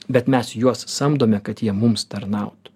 bet mes juos samdome kad jie mums tarnautų